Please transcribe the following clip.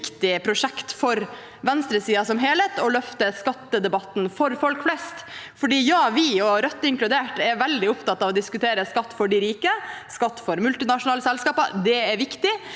prosjekt for venstresiden som helhet å løfte skattedebatten for folk flest. Vi – og Rødt inkludert – er veldig opptatt av å diskutere skatt for de rike og skatt for multinasjonale selskaper. Det er viktig,